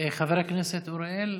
חבר הכנסת אוריאל?